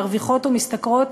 מרוויחות ומשתכרות,